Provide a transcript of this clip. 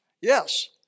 Yes